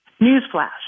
Newsflash